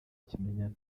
kimenyane